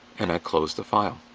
and i close the file.